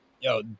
Yo